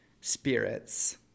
spirits